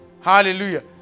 hallelujah